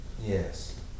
Yes